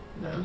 No